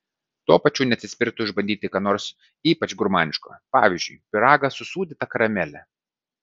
tuo pačiu neatsispirtų išbandyti ką nors ypač gurmaniško pavyzdžiui pyragą su sūdyta karamele